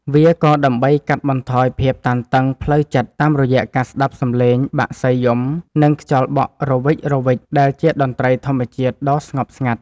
វាក៏ដើម្បីកាត់បន្ថយភាពតានតឹងផ្លូវចិត្តតាមរយៈការស្ដាប់សំឡេងបក្សីយំ និងខ្យល់បក់រវិចៗដែលជាតន្ត្រីធម្មជាតិដ៏ស្ងប់ស្ងាត់។